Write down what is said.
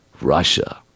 Russia